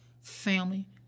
family